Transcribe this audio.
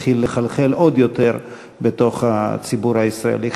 יתחיל לחלחל עוד יותר בציבור הישראלי.